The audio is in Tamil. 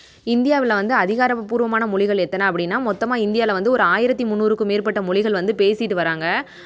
இந்தியாவில் வந்து அதிகாரப்பூர்வமான மொழிகள் எத்தனை அப்படினா மொத்தமாக இந்தியாவில் வந்து ஒரு ஆயிரத்தி முந்நூறுக்கு மேற்பட்ட மொழிகள் வந்து பேசிட்டு வராங்க